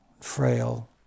frail